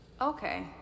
Okay